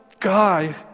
guy